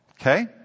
Okay